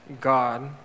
God